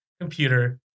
computer